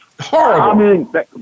Horrible